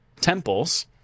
temples